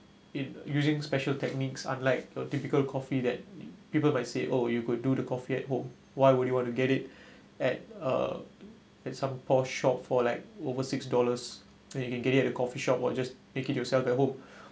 it using special techniques unlike your typical coffee that people might say oh you could do the coffee at home why would you want to get it at uh at some porch shop for like over six dollars when you can get it at the coffee shop or just make it yourself at home